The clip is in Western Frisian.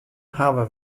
hawwe